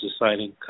deciding